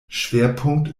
schwerpunkt